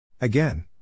Again